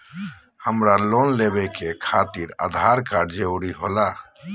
हमरा लोन लेवे खातिर आधार कार्ड जरूरी होला?